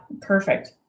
perfect